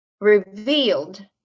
revealed